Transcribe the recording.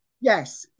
yes